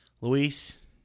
Luis